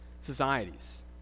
societies